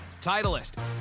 Titleist